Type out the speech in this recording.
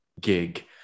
gig